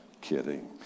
Kidding